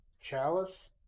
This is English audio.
Chalice